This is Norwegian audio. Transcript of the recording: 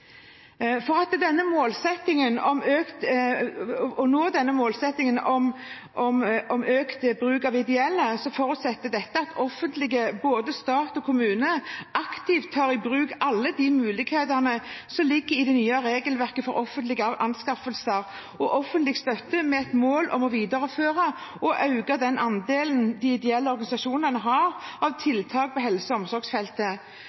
For å nå målsettingen om økt bruk av ideelle forutsetter det at det offentlige, både stat og kommune, aktivt tar i bruk alle de mulighetene som ligger i det nye regelverket for offentlige anskaffelser og offentlig støtte, med et mål om å videreføre og øke den andelen de ideelle organisasjonene har av